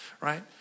right